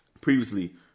previously